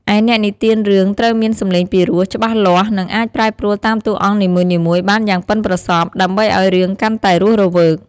ឯអ្នកនិទានរឿងត្រូវមានសំឡេងពីរោះ ច្បាស់លាស់ និងអាចប្រែប្រួលតាមតួអង្គនីមួយៗបានយ៉ាងប៉ិនប្រសប់ ដើម្បីឲ្យរឿងកាន់តែរស់រវើក។